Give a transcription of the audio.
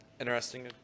Interesting